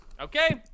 Okay